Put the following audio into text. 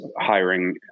hiring